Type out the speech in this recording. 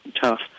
tough